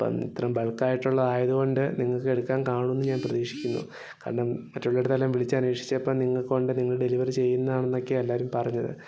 അപ്പം ഇത്രയും ബൾക്കായിട്ടുള്ളതായതുകൊണ്ട് നിങ്ങൾക്ക് എടുക്കാൻ കാണും എന്ന് ഞാൻ പ്രതീക്ഷിക്കുന്നു കാരണം മറ്റുള്ളവരുടെ അടുത്തെല്ലാം വിളിച്ചന്വേഷിച്ചപ്പം നിങ്ങൾക്കുണ്ട് നിങ്ങൾ ഡെലിവറി ചെയ്യുന്നതാണ് എന്നൊക്കെയാണ് എല്ലാവരും പറഞ്ഞത്